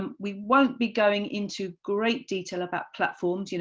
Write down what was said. um we won't be going into great detail about platforms, you know